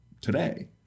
today